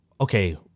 okay